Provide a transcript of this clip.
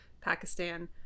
Pakistan